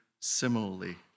similarly